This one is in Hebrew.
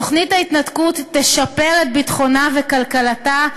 תוכנית ההתנתקות תשפר את ביטחונה וכלכלתה,